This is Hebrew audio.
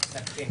כן.